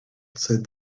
said